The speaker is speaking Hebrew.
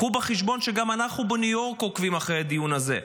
קחו בחשבון שגם אנחנו בניו יורק עוקבים אחרי הדיון הזה,